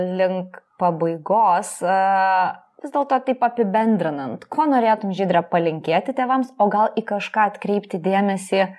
link pabaigos a vis dėlto taip apibendrinant ko norėtum žydre palinkėti tėvams o gal į kažką atkreipti dėmesį